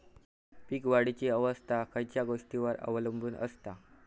पीक वाढीची अवस्था खयच्या गोष्टींवर अवलंबून असता?